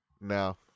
no